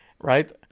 right